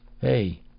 Hey